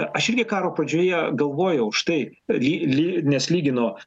aš irgi karo pradžioje galvojau štai ly ly nes lygino